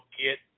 get